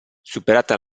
superata